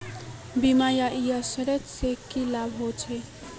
बीमा या इंश्योरेंस से की लाभ होचे?